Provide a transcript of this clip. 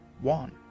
One